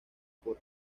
por